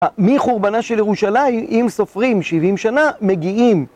מחורבנה של ירושלים, אם סופרים 70 שנה, מגיעים.